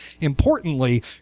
importantly